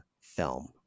film